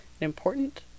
important